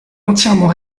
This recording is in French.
entièrement